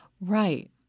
Right